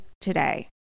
today